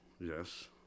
Yes